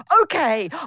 okay